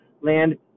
land